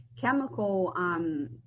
chemical